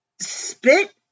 spit